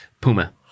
Puma